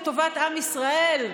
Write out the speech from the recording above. לטובת עם ישראל,